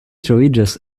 troviĝas